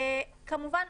כמובן,